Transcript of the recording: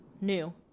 New